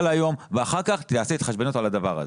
היום ואחר כך תיעשה התחשבנות על הדבר הזה.